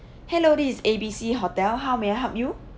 hello this is A B C hotel how may I help you